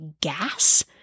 gas